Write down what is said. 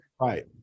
right